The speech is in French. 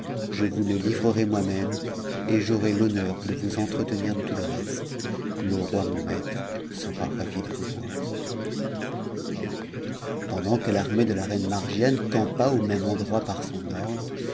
je vous le livrerai moi-même et j'aurai l'honneur de vous entretenir de tout le reste le roi mon maître sera ravi de vous voir pendant que l'armée de la reine margiane campa au même endroit par son ordre